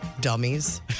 Dummies